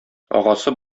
агасы